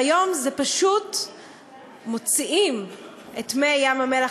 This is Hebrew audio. והיום פשוט מוציאים את מי ים-המלח